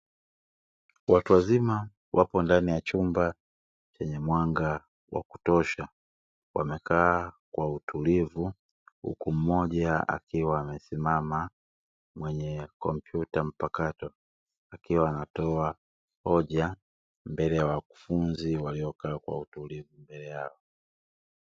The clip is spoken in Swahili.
Watu wazima wapo ndani ya chumba chenye mwanga wa kutosha wamekaa kwa utulivu, huku mmoja akiwa amesimama mwenye kompyuta mpakato akiwa anatoa hoja, mbele ya wakufunzi walio kaa kwa utulivu mbele yao.